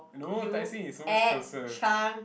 no Tai-Seng is so much closer